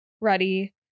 ready